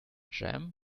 jam